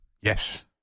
yes